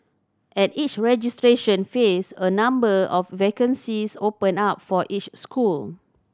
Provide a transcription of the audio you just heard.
at each registration phase a number of vacancies open up for each school